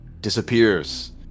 disappears